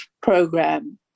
program